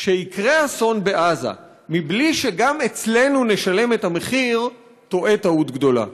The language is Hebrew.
שיקרה אסון בעזה בלי שגם אצלנו נשלם את המחיר טועה טעות גדולה.